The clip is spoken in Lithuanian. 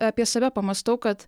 apie save pamąstau kad